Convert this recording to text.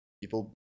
people